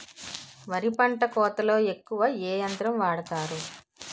వరి పంట కోతలొ ఎక్కువ ఏ యంత్రం వాడతారు?